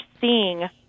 seeing